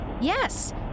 Yes